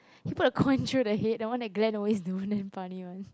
he put a coin through the head the one that Glen always do damn funny one